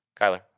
Kyler